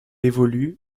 évolue